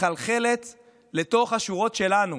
מחלחלת לתוך השורות שלנו.